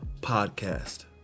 podcast